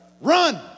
run